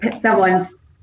someone's